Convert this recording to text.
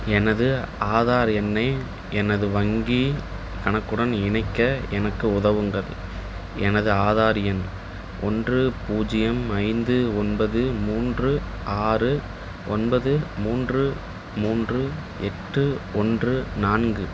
எனது ஆதார் எண்ணை எனது வங்கி கணக்குடன் இணைக்க எனக்கு உதவுங்கள் எனது ஆதார் எண் ஒன்று பூஜ்ஜியம் ஐந்து ஒன்பது மூன்று ஆறு ஒன்பது மூன்று மூன்று எட்டு ஒன்று நான்கு